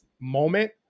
moment